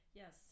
yes